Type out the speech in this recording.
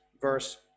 verse